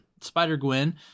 Spider-Gwen